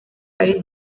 ari